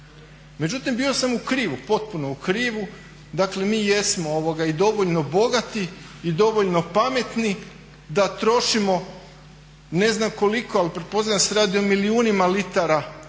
Međutim, bio sam u krivu potpuno u krivu. Dakle, mi jesmo i dovoljno bogati i dovoljno pametni da trošimo ne znam koliko, ali pretpostavljam da se radi o milijunima litara u